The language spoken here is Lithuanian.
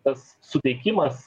tas suteikimas